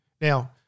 Now